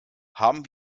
haben